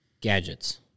gadgets